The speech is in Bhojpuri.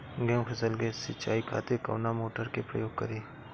गेहूं फसल के सिंचाई खातिर कवना मोटर के प्रयोग करी?